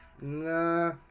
Nah